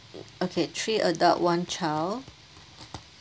okay three adult one child